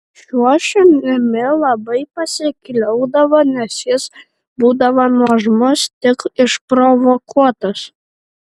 šiuo šunimi labai pasikliaudavo nes jis būdavo nuožmus tik išprovokuotas